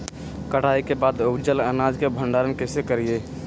कटाई के बाद उपजल अनाज के भंडारण कइसे करियई?